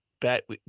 bet